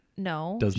No